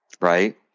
right